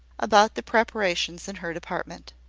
about the preparations in her department.